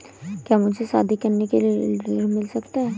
क्या मुझे शादी करने के लिए ऋण मिल सकता है?